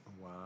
Wow